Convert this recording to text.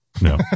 No